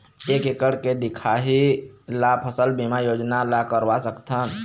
एक एकड़ के दिखाही ला फसल बीमा योजना ला करवा सकथन?